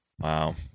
Wow